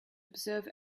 observe